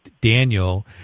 Daniel